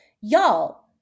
y'all